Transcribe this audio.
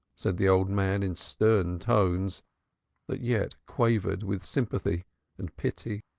said the old man in stern tones that yet quavered with sympathy and pity.